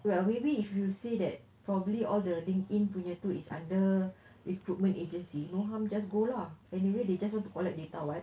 well maybe if you see that probably all the linkedin punya tu is under recruitment agency no harm just go lah anyway they just want to collect data [what]